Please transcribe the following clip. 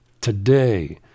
today